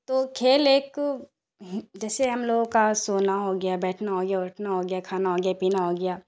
تو کھیل ایک جیسے ہم لوگوں کا سونا ہو گیا بیٹھنا ہو گیا اٹھنا ہو گیا کھانا ہو گیا پینا ہو گیا